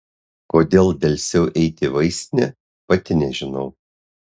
kodėl delsiau eiti į vaistinę pati nežinau